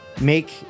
make